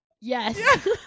yes